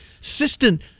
assistant